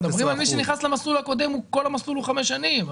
מדברים על מי שנכנס למסלול הקודם שכל המסלול הוא חמש שנים.